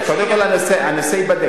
הנושא ייבדק.